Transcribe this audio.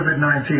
COVID-19